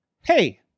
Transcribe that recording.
Hey